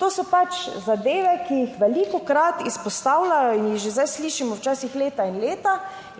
To so pač zadeve, ki jih velikokrat izpostavljajo in jih že zdaj slišimo včasih leta in leta